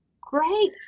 great